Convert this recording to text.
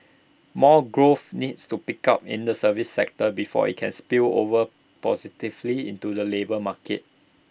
more growth needs to pick up in the services sector before IT can spill over positively into the labour market